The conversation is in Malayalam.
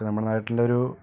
ഒക്കെ നമ്മുടെ നാട്ടിൽ ഒരു